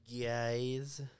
Guys